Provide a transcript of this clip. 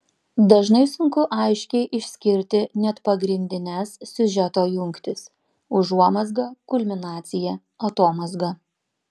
dažnai sunku aiškiai išskirti net pagrindines siužeto jungtis užuomazgą kulminaciją atomazgą